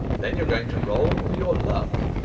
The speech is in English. then you're going to roll for your luck.